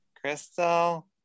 Crystal